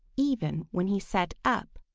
even when he sat up.